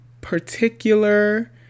particular